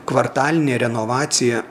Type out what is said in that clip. kvartalinė renovacija